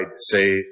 say